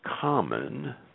common